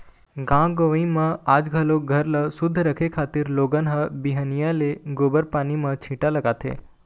गाँव गंवई म आज घलोक घर ल सुद्ध करे खातिर लोगन ह बिहनिया ले गोबर पानी म छीटा लगाथे